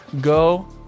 go